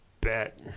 Bet